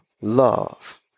love